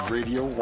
Radio